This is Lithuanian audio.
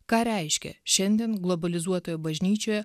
ką reiškia šiandien globalizuotoje bažnyčioje